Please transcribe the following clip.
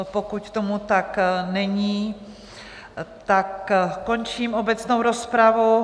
Pokud tomu tak není, tak končím obecnou rozpravu.